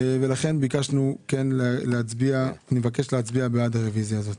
ולכן אני מבקש להצביע בעד הרביזיה הזאת.